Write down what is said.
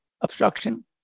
obstruction